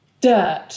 Dirt